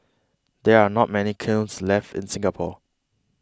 there are not many kilns left in Singapore